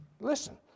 Listen